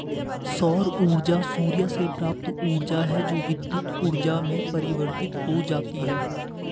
सौर ऊर्जा सूर्य से प्राप्त ऊर्जा है जो विद्युत ऊर्जा में परिवर्तित हो जाती है